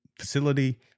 facility